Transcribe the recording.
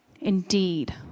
indeed